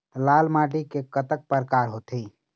लाल माटी के कतक परकार होथे?